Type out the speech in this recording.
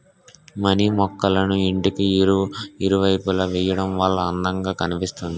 money మొక్కళ్ళను ఇంటికి ఇరువైపులా వేయడం వల్ల అందం గా కనిపిస్తుంది